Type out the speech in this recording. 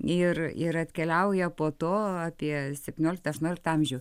ir ir atkeliauja po to apie septynioliktą aštuonioliktą amžių